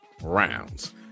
rounds